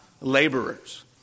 laborers